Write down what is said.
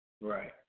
Right